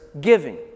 giving